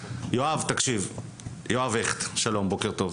יואב הכט, שלום, בוקר טוב.